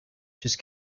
just